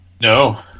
no